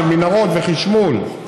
של מנהרות וחשמול,